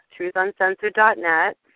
TruthUncensored.net